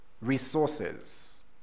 resources